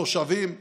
לתושבים הערבים,